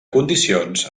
condicions